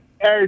Hey